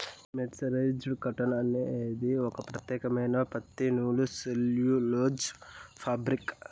mercerised cotton అనేది ఒక ప్రత్యేకమైన పత్తి నూలు సెల్యులోజ్ ఫాబ్రిక్